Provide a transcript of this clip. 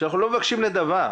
אנחנו לא מבקשים נדבה,